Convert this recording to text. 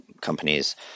companies